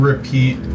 Repeat